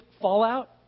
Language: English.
fallout